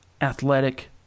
athletic